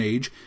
Age